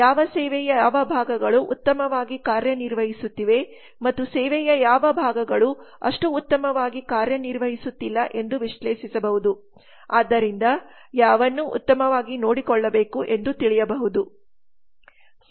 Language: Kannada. ಯಾವ ಸೇವೆಯ ಯಾವ ಭಾಗಗಳು ಉತ್ತಮವಾಗಿ ಕಾರ್ಯನಿರ್ವಹಿಸುತ್ತಿವೆ ಮತ್ತು ಸೇವೆಯ ಯಾವ ಭಾಗಗಳು ಅಷ್ಟು ಉತ್ತಮವಾಗಿ ಕಾರ್ಯನಿರ್ವಹಿಸುತ್ತಿಲ್ಲ ಎಂದು ವಿಶ್ಲೇಷಿಸಬಹುದು ಆದ್ದರಿಂದ ಯಾವನ್ನು ಉತ್ತಮವಾಗಿ ನೋಡಿಕೊಳ್ಳಬೇಕು ಎಂದು ತಿಳಿಯಬಹುದು